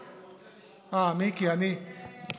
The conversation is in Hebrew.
חזרתי, אני רוצה לשמוע.